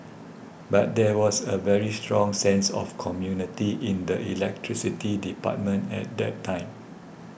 but there was a very strong sense of community in the electricity department at that time